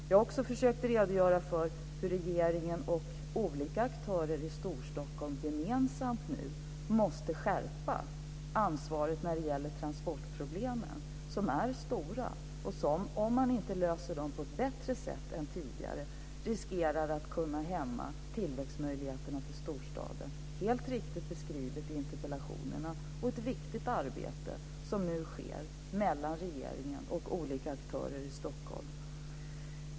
Jag har också försökt redogöra för hur regeringen och olika aktörer i Storstockholm gemensamt måste skärpa ansvaret när det gäller transportproblemen. De är stora. Om man inte löser dem på ett bättre sätt än tidigare riskerar man att hämma tillväxtmöjligheterna för storstaden. Det är helt riktigt beskrivet i interpellationerna. Det är ett viktigt arbete som nu sker mellan regeringen och olika aktörer i Stockholm.